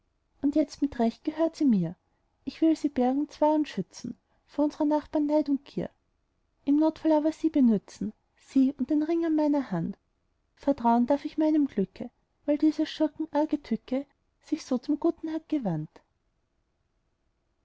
und jetzt mit recht gehört sie mir ich will sie bergen zwar und schützen vor unsrer nachbarn neid und gier im notfall aber sie benützen sie und den ring an meiner hand vertrauen darf ich meinem glücke weil dieses schurken arge tücke sich so zum guten hat